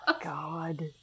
god